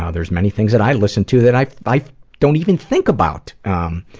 ah there's many things that i listen to that i i don't even think about um,